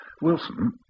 Wilson